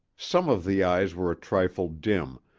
some of the eyes were a trifle dim,